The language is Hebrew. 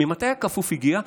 מתי הכפוף הגיע?